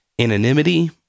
anonymity